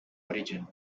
origin